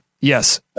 Yes